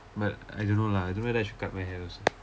but I don't know lah don't know whether I should cut my hair also